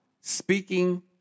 Speaking